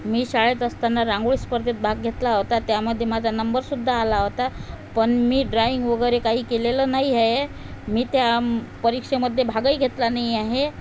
मी शाळेत असताना रांगोळी स्पर्धेत भाग घेतला होता त्यामध्ये माझा नंबरसुद्धा आला होता पण मी ड्राइंग वगैरे काही केलेलं नाही आहे मी त्या परीक्षेमध्ये भागही घेतला नाही आहे